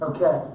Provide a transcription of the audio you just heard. Okay